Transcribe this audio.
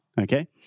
Okay